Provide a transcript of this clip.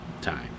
time